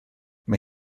mae